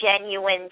genuine